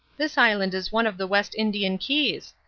this island is one of the west indian keys.